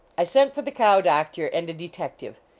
i sent for the cow doctor and a detective.